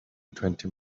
twenty